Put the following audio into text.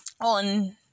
on